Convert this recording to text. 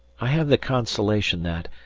i have the consolation that,